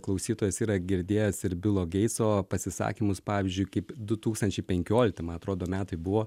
klausytojas yra girdėjęs ir bilo geitso pasisakymus pavyzdžiui kaip du tūkstančiai penkiolikti man atrodo metai buvo